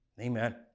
Amen